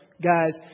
guys